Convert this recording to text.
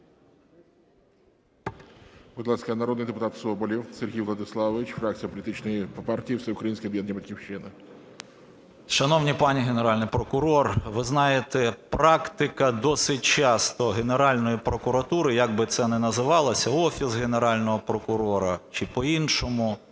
Будь ласка, народний депутат Соболєв Сергій Владиславович, фракція політичної партії Всеукраїнське об'єднання "Батьківщина". 11:02:20 СОБОЛЄВ С.В. Шановна пані Генеральний прокурор! Ви знаєте, практика досить часто Генеральної прокуратури, як би це не називалося, Офіс Генерального прокурора чи по-іншому,